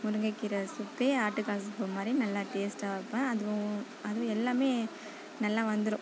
முருங்கக்கீரை சூப்பே ஆட்டுக்கால் சூப்பு மாதிரி நல்லா டேஸ்டாக வைப்பேன் அதுவும் அதுவும் எல்லாமே நல்லா வந்துடும்